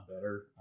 better